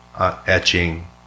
etching